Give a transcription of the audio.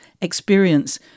experience